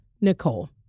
Nicole